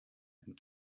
and